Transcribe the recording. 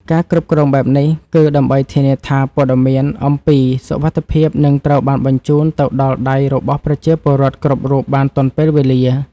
ការគ្រប់គ្រងបែបនេះ គឺដើម្បីធានាថាព័ត៌មានអំពីសុវត្ថិភាពនឹងត្រូវបានបញ្ជូនទៅដល់ដៃរបស់ប្រជាពលរដ្ឋគ្រប់រូបបានទាន់ពេលវេលា។